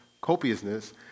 copiousness